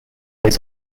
his